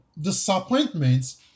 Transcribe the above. disappointments